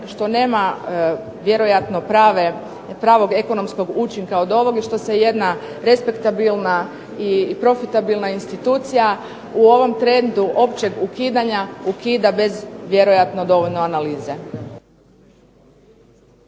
što nema vjerojatno pravog ekonomskog učinka od ovog i što se jedna respektabilna i profitabilna institucija u ovom trendu općeg ukidanja ukida bez vjerojatno dovoljno analize.